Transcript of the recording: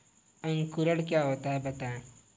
अंकुरण क्या होता है बताएँ?